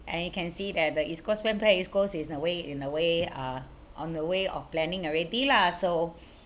and you can see it at the east coast plan plan east coast is in a way in a way uh on the way of planning already lah so